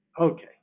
Okay